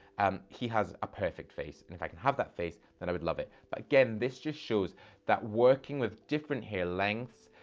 and he has a perfect face. if i can have that face, then i would love it. but again, this just shows that working with different hair lengths,